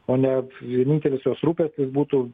o ne vienintelis jos rūpestis būtų